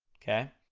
okay?